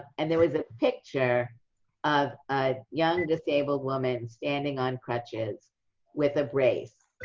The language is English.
and there was a picture of a young disabled woman standing on crutches with a brace.